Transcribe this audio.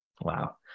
wow